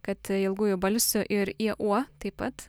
kad ilgųjų balsių ir ie uo taip pat